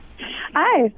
Hi